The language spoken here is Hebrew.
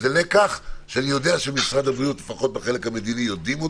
זה לקח שאני יודע שמשרד הבריאות לפחות בחלק המדיני יודעים.